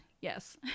yes